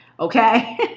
Okay